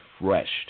refreshed